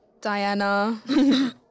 Diana